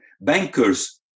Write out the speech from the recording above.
bankers